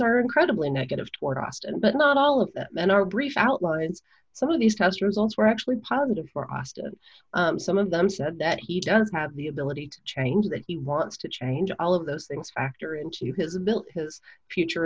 are incredibly negative toward ostend but not all of them and our brief outlines some of these test results were actually positive for ostend some of them said that he does have the ability to change that he wants to change all of those things factor into his ability his future